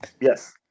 Yes